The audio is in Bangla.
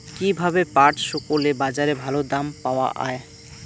কীভাবে পাট শুকোলে বাজারে ভালো দাম পাওয়া য়ায়?